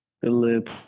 Philip